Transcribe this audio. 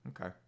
Okay